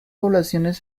poblaciones